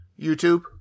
YouTube